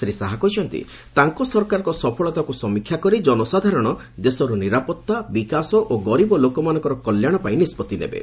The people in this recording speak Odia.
ଶ୍ରୀ ଶାହା କହିଛନ୍ତି' ତାଙ୍କ ସରକାରଙ୍କ ସଫଳତାକୁ ସମୀକ୍ଷା କରି ଜନସାଧାରଣ ଦେଶର ନିରାପତ୍ତା ବିକାଶ ଓ ଗରିବ ଲୋକମାନଙ୍କର କଲ୍ୟାଣ ପାଇଁ ନିଷ୍ପଭି ନେବେ